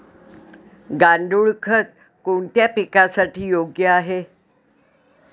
गांडूळ खत कोणत्या पिकासाठी योग्य आहे?